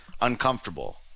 uncomfortable